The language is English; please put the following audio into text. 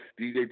DJ